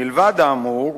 מלבד האמור,